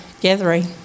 gathering